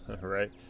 Right